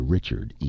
Richard